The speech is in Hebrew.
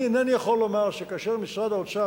אני אינני יכול לומר שכאשר משרד האוצר